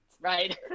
Right